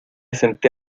senté